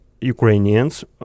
Ukrainians